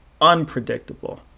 unpredictable